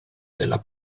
della